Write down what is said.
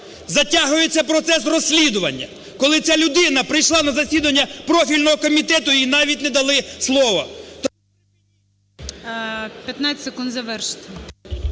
Затягується процес розслідування. Коли ця людина прийшла на засідання профільного комітету, їй навіть не дали слова...